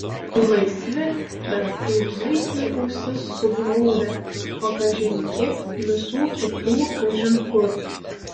laisvi bet kaip zuikiai ausis suglaudę o kažin kiek visų kitų kažin kur